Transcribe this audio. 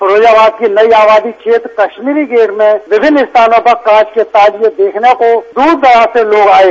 फिरोजाबाद की नई आबादी क्षेत्र कश्मीरीगेट में विभिन्न स्थानों पर कॉच के ताजिए देखने दूरदराज से लोग आये